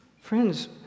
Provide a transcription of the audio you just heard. Friends